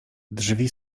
drzwi